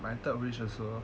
my third wish also